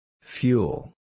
Fuel